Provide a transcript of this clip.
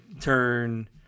turn